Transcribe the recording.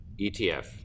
ETF